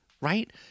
right